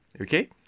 okay